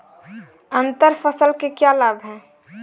अंतर फसल के क्या लाभ हैं?